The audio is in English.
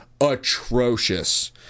atrocious